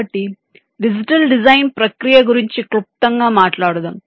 కాబట్టి digital design ప్రక్రియ గురించి క్లుప్తంగా మాట్లాడుదాం